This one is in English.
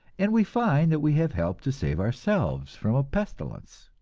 and we find that we have helped to save ourselves from a pestilence.